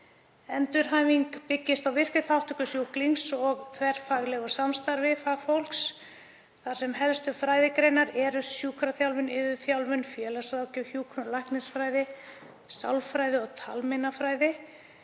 Endurhæfing byggist á virkri þátttöku sjúklings og þverfaglegu samstarfi fagfólks þar sem helstu fræðigreinar eru sjúkraþjálfun, iðjuþjálfun, félagsráðgjöf, hjúkrun, læknisfræði, sálfræði og talmeinafræði.